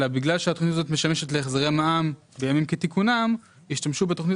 אלא בגלל שהתכנית הזאת משמשת להחזרי מע"מ בימים כתיקונם השתמשו בתכנית